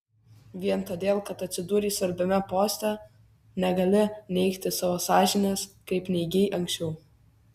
vien todėl kad atsidūrei svarbiame poste negali neigti savo sąžinės kaip neigei anksčiau